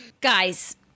Guys